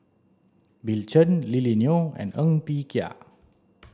Bill Chen Lily Neo and Ng Bee Kia